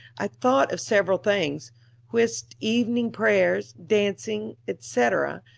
i thought of several things whist, evening prayers, dancing, etc.